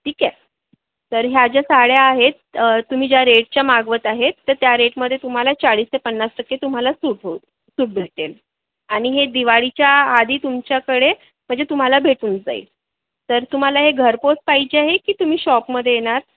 ठीक आहे तर ह्या ज्या साड्या आहेत तुम्ही ज्या रेटच्या मागवत आहेत तर त्या रेटमध्ये तुम्हाला चाळीस ते पन्नास टक्के तुम्हाला सूट होल सूट भेटेल आणि हे दिवाळीच्या आधी तुमच्याकडे म्हणजे तुम्हाला भेटून जाईल तर तुम्हाला हे घरपोच पाहिजे आहे की तुम्ही शॉपमध्ये येणार